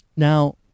Now